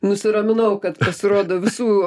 nusiraminau kad pasirodo visų